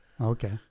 okay